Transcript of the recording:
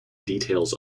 details